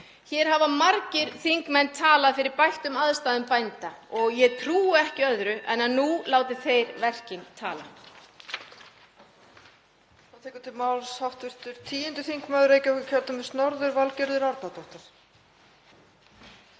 Hér hafa margir þingmenn talað fyrir bættum aðstæðum bænda og ég trúi ekki öðru en að nú láti þeir verkin tala.